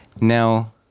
Now